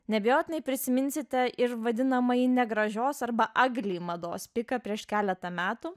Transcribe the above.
neabejotinai prisiminsite ir vadinamąjį negražios arba agli mados piką prieš keletą metų